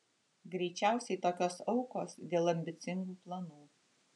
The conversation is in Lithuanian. greičiausiai tokios aukos dėl ambicingų planų